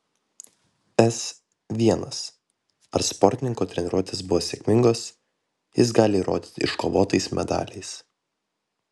s l ar sportininko treniruotės buvo sėkmingos jis gali įrodyti iškovotais medaliais